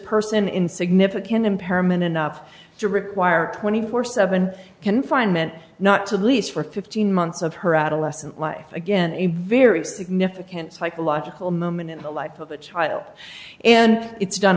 person in significant impairment enough to require twenty four seventh's confinement not to lease for fifteen months of her adolescent life again a very significant psychological moment in the life of a child and it's done